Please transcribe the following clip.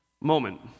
moment